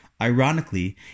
Ironically